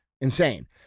insane